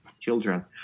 children